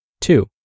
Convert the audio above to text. Two